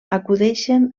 acudeixen